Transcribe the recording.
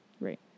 Right